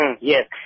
Yes